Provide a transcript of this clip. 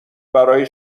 برای